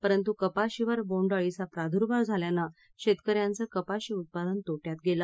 परंतू कपाशीवर बोंडअळीचा प्रादूर्भाव झाल्यानं शेतकऱ्यांचं कपाशी उत्पादन तोट्यात गेले